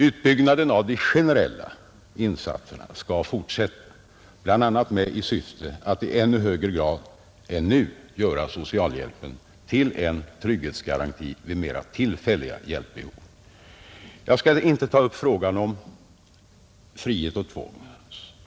Utbyggnaden av de generella insatserna skall fortsätta, bl.a. i syfte att i ännu högre grad än nu göra socialhjälpen till en trygghetsgaranti vid mera tillfälliga hjälpbehov. Jag skall inte ta upp frågan om frihet och tvång.